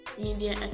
media